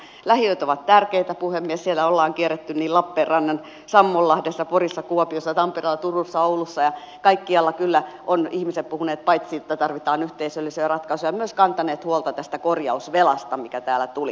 lähiöt ovat tärkeitä puhemies siellä ollaan kierretty niin lappeenrannan sammonlahdessa porissa kuopiossa tampereella turussa oulussa ja kaikkialla kyllä ovat ihmiset paitsi puhuneet siitä että tarvitaan yhteisöllisiä ratkaisuja myös kantaneet huolta tästä korjausvelasta joka täällä esiin tuli